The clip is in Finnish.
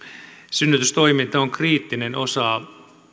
synnytystoiminta on kriittinen osa